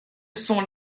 sont